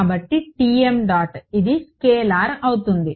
కాబట్టి Tm dot ఇది scalar అవుతుంది